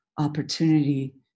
opportunity